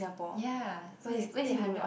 ya so it's eight hundred